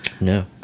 No